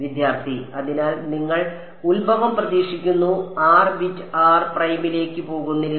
വിദ്യാർത്ഥി അതിനാൽ നിങ്ങൾ ഉത്ഭവം പ്രതീക്ഷിക്കുന്നു r ബിറ്റ് r പ്രൈമിലേക്ക് പോകുന്നില്ല